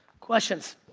questions.